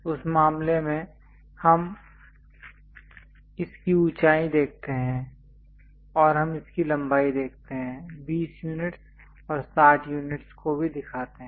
उस मामले में हम इसकी ऊंचाई दिखाते हैं और हम इसकी लंबाई दिखाते हैं 20 यूनिट्स और 60 यूनिट्स को भी दिखाते हैं